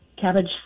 cabbage